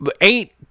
eight